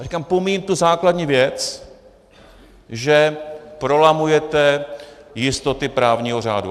Říkám, pomíjím tu základní věc, že prolamujete jistoty právního řádu.